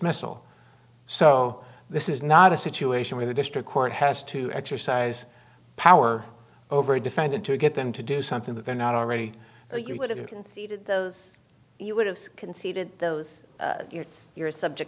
missal so this is not a situation where the district court has to exercise power over a defendant to get them to do something that they're not already you would have conceded those you would have conceded those you're a subject